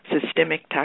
systemic